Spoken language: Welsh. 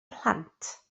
plant